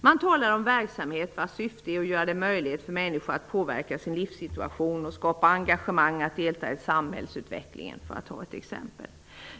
Man talar om ''verksamhet vars syfte är att göra det möjligt för människor att påverka sin livssituation och skapa engagemang att delta i samhällsutvecklingen'', för att ta ett exempel.